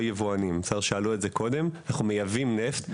יבואנים שאלנו את זה קודם אנחנו מייבאים נפט.